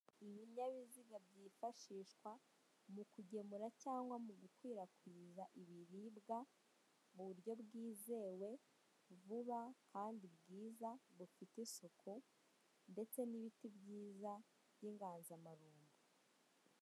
Ibinyabiziga byifashishwa mu kugemura cyangwa mu gukwirakwiza ibiribwa mu buryo bwizewe vuba kandi bwiza bufite isuku ndetse nibiti byiza by'inganza marumbo.